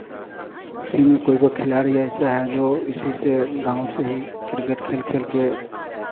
उसी में कोई कोई खिलाड़ी ऐसा है जो इसी से गाँव से ही क्रिकेट खेल खेल के